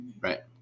right